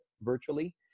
virtually